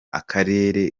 akarere